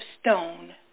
stone